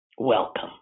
Welcome